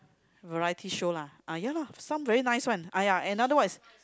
variety show lah uh ya lor some very nice one !aiya! another one is